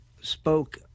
spoke